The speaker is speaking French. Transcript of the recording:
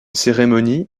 cérémonie